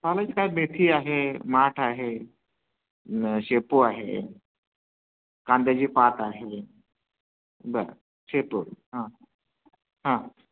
चालायची काय मेथी आहे माठ आहे शेपू आहे कांद्याची पात आहे बर शेपू हां हां